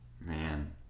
man